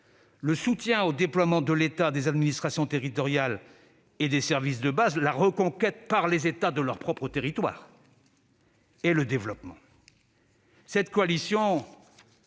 le soutien au déploiement de l'État, des administrations territoriales et des services de base et la reconquête par les États de leur propre territoire ; le développement. Cette coalition